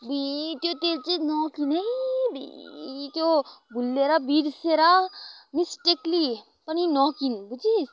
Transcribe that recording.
अब्बुई त्यो तेल चाहिँ नकिन है अब्बुई त्यो भुलेर बिर्सेर मिस्टेक्ली पनि नकिन् बुझिस्